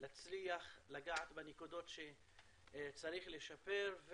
להצליח לגעת בנקודת שצריך לשפר,